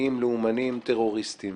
ממניעים לאומניים-טרוריסטים